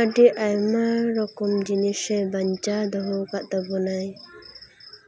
ᱟᱹᱰᱤ ᱟᱭᱢᱟ ᱨᱚᱠᱚᱢ ᱡᱤᱱᱤᱥᱮ ᱵᱟᱧᱪᱟᱣ ᱫᱚᱦᱚ ᱟᱠᱟᱫ ᱛᱟᱵᱚᱱᱟᱭ